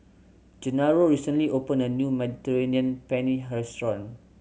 Genaro recently opened a new Mediterranean Penne restaurant